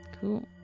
Cool